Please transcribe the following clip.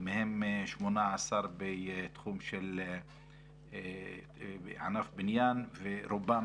מהם 18 בתחום של ענף הבניין ורובם,